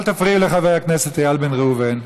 אל תפריעי לחבר הכנסת איל בן ראובן.